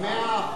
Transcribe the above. דרך אגב, משה,